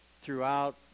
throughout